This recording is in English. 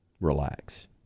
Relax